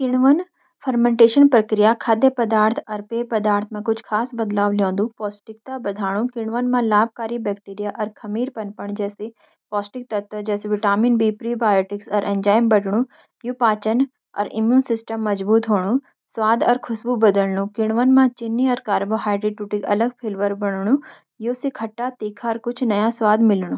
किण्वन प्रक्रिया खाद्य पदार्थ अर पेय पदार्थ मा कुछ खास बदलाव ल्याण्दु: पौष्टिकता बधाणु: किण्वन मा लाभकारी बैक्टीरिया अर खमीर पनपण, जेसी पौष्टिक तत्व जैसे विटामिन बी, प्रोबायोटिक्स अर एंजाइम बढ़णु. यु से पाचन अर इम्यून सिस्टम मज़बूत होणु. स्वाद अर खुशबू बदलणु: किण्वन मा चीनी अर कार्बोहाइड्रेट टूटिक अलग फ्लेवर बणणु. यु से खट्टा, तीखा अर कुछ नया स्वाद मिलनु।